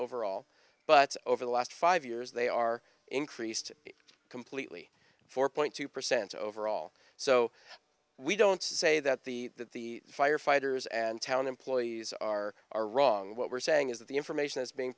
over all but over the last five years they are increased completely four point two percent overall so we don't say that the that the firefighters and town employees are are wrong what we're saying is that the information that's being